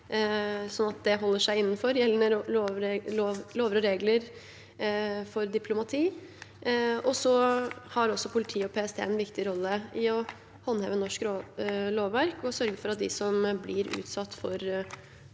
at det holder seg innenfor gjeldende lover og regler for diplomati. Politiet og PST har også en viktig rolle i å håndheve norsk lovverk og sørge for at de som blir utsatt for